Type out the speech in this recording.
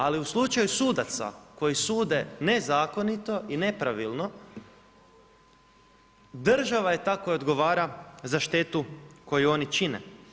Ali, u slučaju sudaca, koji sude nezakonito i nepravilno, država je ta koja odgovara za štetu koju oni čine.